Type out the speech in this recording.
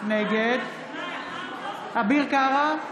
נגד אביר קארה,